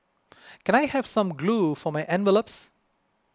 can I have some glue for my envelopes